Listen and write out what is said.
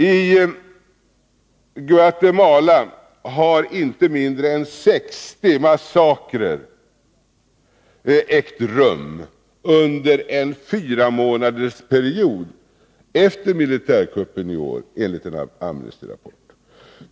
I Guatemala har inte mindre än 60 massakrer ägt rum under en fyramånadersperiod efter militärkuppen i år, enligt en Amnesty-rapport.